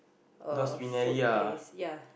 uh food place ya